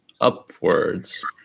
upwards